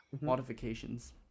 modifications